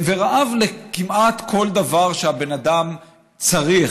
זה רעב לכמעט כל דבר שהבן אדם צריך.